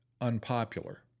unpopular